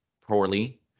poorly